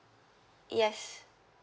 yes